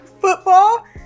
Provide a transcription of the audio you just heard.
football